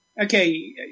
Okay